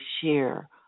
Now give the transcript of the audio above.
share